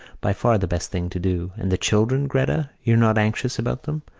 by far the best thing to do. and the children, gretta, you're not anxious about them?